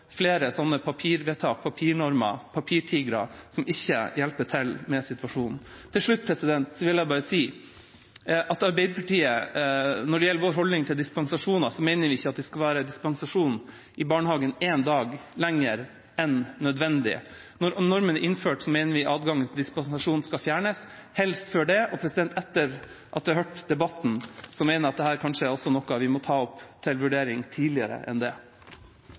flere slike papirvedtak, papirnormer og papirtigre som ikke hjelper til med situasjonen. Til slutt vil jeg si at når det gjelder Arbeiderpartiets holdning til dispensasjoner, mener vi det ikke skal være dispensasjon i barnehager én dag lenger enn nødvendig. Når normen er innført, skal adgangen til dispensasjon fjernes, helst før det. Etter å ha hørt debatten, mener jeg dette kanskje er noe vi må ta opp til vurdering tidligere enn det.